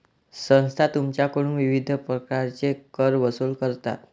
संस्था तुमच्याकडून विविध प्रकारचे कर वसूल करतात